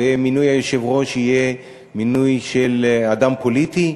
ומינוי היושב-ראש יהיה מינוי של אדם פוליטי,